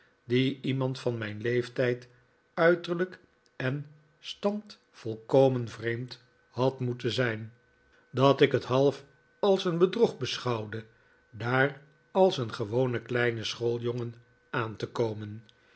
die iemand van mijn leeftijd uiterlijk en stand volkomen vreemd had moeten zijn dat ik het half als een bedrog beschouwde daar als een gewone kleine schooljongen aan te komen